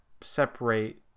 separate